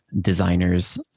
designers